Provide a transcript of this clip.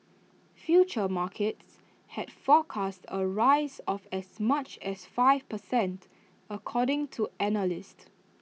futures markets had forecast A rise of as much as five per cent according to analysts